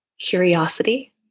curiosity